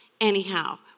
anyhow